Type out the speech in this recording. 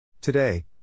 Today